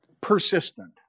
persistent